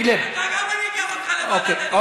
הסתלק.) גם אני אקח אותך לוועדת האתיקה,